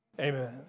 amen